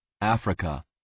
Africa